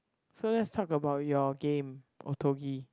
so let's talk about your game Otogi